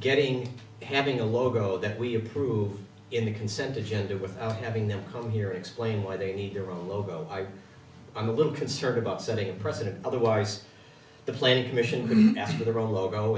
getting having a logo that we approve in the consent agenda without having them come here explain why they need their own logo on a little concerned about setting a precedent otherwise the planning commission going after their own logo